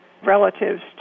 relatives